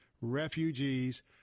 refugees